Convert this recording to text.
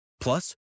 Plus